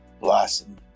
blossom